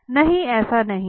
नहीं ऐसा नहीं है